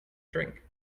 drink